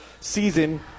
season